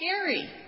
scary